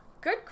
Good